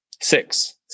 Six